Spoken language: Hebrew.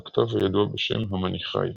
והכתב הידוע בשם "המאניכאי."